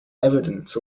evidence